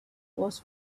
was